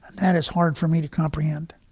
and that it's hard for me to comprehend